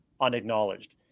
unacknowledged